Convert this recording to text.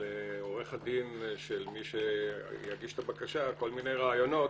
לעורך הדין של מי שיגיש את הבקשה כל מיני רעיונות